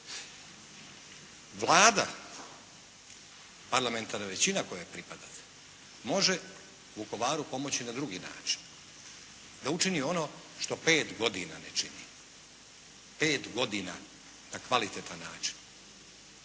Vlada, parlamentarna većina kojoj pripadate, može Vukovaru pomoći na drugi način da učini ono što pet godina ne čini, pet godina, na kvalitetan način.